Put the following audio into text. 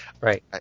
Right